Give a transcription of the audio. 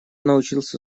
научился